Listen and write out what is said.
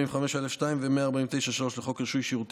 לחוק עסקאות